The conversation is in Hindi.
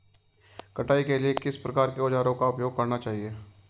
कटाई के लिए किस प्रकार के औज़ारों का उपयोग करना चाहिए?